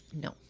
No